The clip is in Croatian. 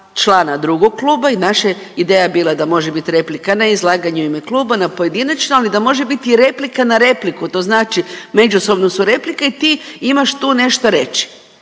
člana drugog kluba i naša je ideja bila da može bit replika ne izlaganje u ime kluba na pojedinačno, ali da može biti replika na repliku, to znači međusobno su replike i ti imaš tu nešto reći.